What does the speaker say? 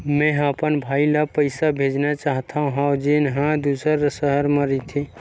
मेंहा अपन भाई ला पइसा भेजना चाहत हव, जेन हा दूसर शहर मा रहिथे